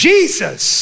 Jesus